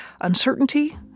uncertainty